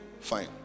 Fine